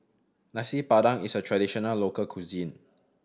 Nasi Padang is a traditional local cuisine